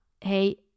hey